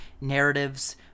narratives